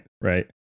right